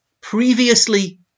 previously